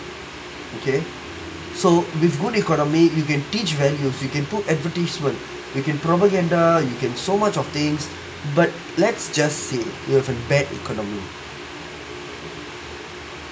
okay so with good economy you can teach values you can put advertisement you can propaganda you can so much of things but let's just say you have a bad economy